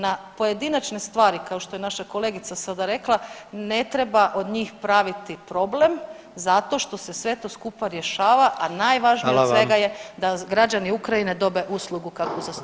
Na pojedinačne stvari kao što je naša kolegica sada rekla ne treba od njih praviti problem zato što se sve to skupa rješava, a najvažnije od [[Upadica: Hvala vam.]] svega je da građani Ukrajine dobe uslugu kakvu zaslužuju.